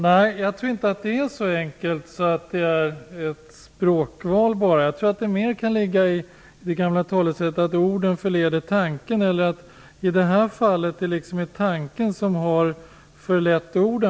Herr talman! Jag tror inte att det är så enkelt att det bara handlar om ordval. Jag tror mer att det handlar om det gamla talesättet att "orden förleder tanken" - fast i det här fallet är det nog tanken som har förlett orden.